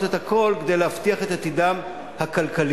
את הכול כדי להבטיח את עתידם הכלכלי.